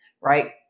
Right